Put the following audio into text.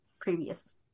previous